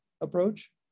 approach